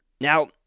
Now